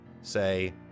say